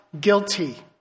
guilty